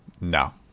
No